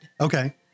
Okay